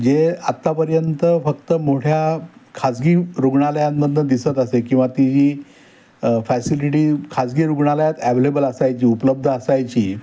जे आत्तापर्यंत फक्त मोठ्या खाजगी रुग्णालयांमधून दिसत असे किंवा ती जी फॅसिलिटी खाजगी रुग्णालयात ॲवेलेबल असायची उपलब्ध असायची